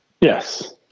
yes